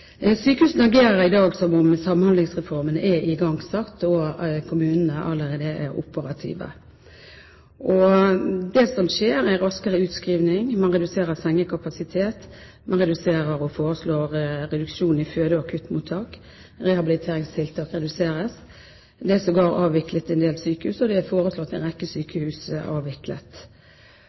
Sykehusene agerer i dag som om Samhandlingsreformen er igangsatt og kommunene allerede er operative. Det som skjer, er raskere utskrivning, man reduserer sengekapasiteten, man foreslår reduksjon i føde- og akuttmottak, og rehabiliteringstiltak reduseres. Det er sågar avviklet en del sykehus, og en rekke sykehus er foreslått avviklet.